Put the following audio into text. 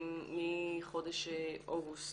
מחודש אוגוסט.